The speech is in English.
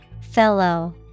Fellow